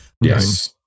Yes